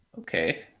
Okay